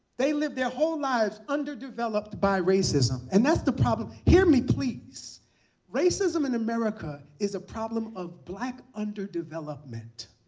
they lived their whole lives underdeveloped by racism, and that's the problem. hear me, please racism in america is a problem of black underdevelopment.